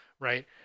right